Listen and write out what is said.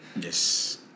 Yes